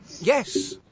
Yes